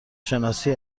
شناسی